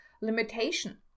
limitation